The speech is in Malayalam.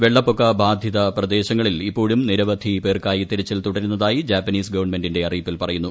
വെള്ളപ്പൊക്ക് ബാധിത പ്രദേശങ്ങളിൽ ഇപ്പോഴും നിരവധി പേർക്കായി തീരച്ചിൽ തുടരുന്നതായി ജാപ്പനീസ് ഗവൺമെന്റിന്റെ അറിയിപ്പിൽ പറയുന്നു